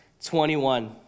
21